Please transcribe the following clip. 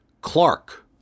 Clark